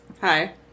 Hi